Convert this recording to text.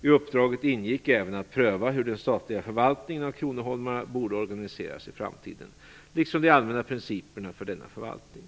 I uppdraget ingick även att pröva hur den statliga förvaltningen av kronoholmarna borde organiseras i framtiden, liksom de allmänna principerna för denna förvaltning.